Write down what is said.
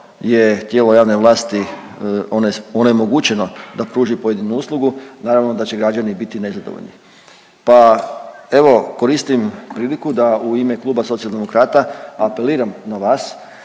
je tijelo javne vlasti onemogućeno da pruži pojedinu uslugu, naravno da će građani biti nezadovoljni. Pa evo, koristim priliku da u ime Kluba socijaldemokrata apeliram na vas